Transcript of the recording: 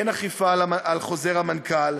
אין אכיפה של חוזר המנכ"ל,